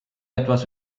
etwas